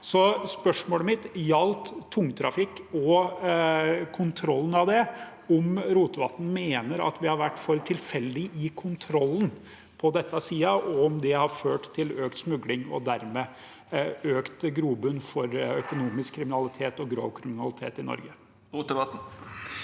og kontrollen av den, om Rotevatn mener at vi har vært for tilfeldige i kontrollen på denne siden, og om det har ført til økt smugling og dermed gitt økt grobunn for økonomisk kriminalitet og grov kriminalitet i Norge. Sveinung